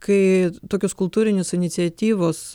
kai tokios kultūrinės iniciatyvos